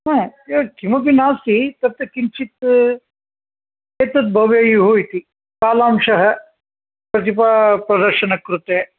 किमपि नास्ति तत् किञ्चित् एतद् भवेयुः इति कालांशः प्रतिभाप्रदर्शन कृते